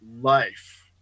life